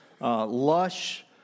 lush